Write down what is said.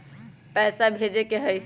पैसा भेजे के हाइ?